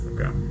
Okay